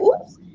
oops